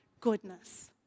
goodness